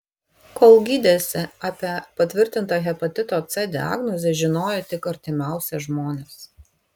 kol gydėsi apie patvirtintą hepatito c diagnozę žinojo tik artimiausi žmonės